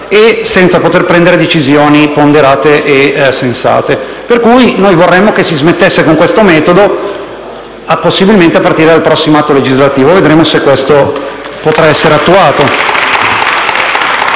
e senza poter prendere decisioni ponderate e sensate. Pertanto vorremmo che si smettesse con questo metodo, possibilmente a partire dal prossimo atto legislativo; vedremo se questo potrà essere attuato.